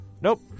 nope